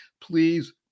Please